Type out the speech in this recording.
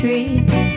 Trees